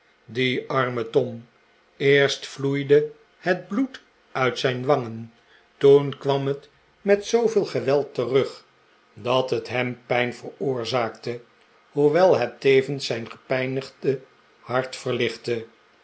die arme tom eerst vloeide het bloed uit zijn wangen toen kwam het met zooveel geweld terug dat het hem pijn veroorzaakte hoewel het tevens zijn gepijnigde hart verlichtte